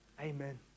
amen